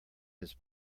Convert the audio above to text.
his